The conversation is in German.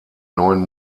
neuen